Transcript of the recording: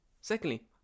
secondly